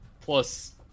plus